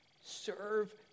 serve